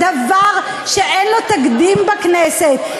זה דבר שאין לו תקדים בכנסת.